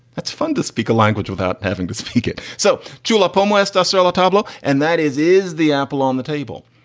that's fun to speak a language without having to speak it. so juola pomalyst, upsala, tablo and that is is the apple on the table.